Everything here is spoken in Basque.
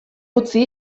utzi